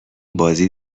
بازی